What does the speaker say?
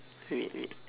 wait wait